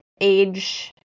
age